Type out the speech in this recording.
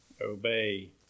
obey